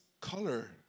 color